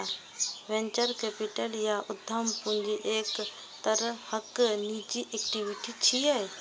venture capital या उद्यम पूंजी एक तरहक निजी इक्विटी छियै